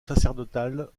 sacerdotale